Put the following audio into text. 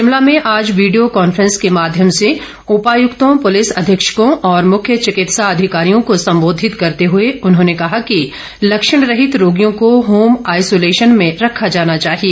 शिमला में आज video conference के माध्यम से उपायुक्तों पुलिस अधीक्षकों और मुख्य चिकित्सा अधिकारियों को संबोधित करते हुए उन्होंने कहा कि लक्षण रहित रोगियों को होम आईसोलेशन में रखा जाना चाहिए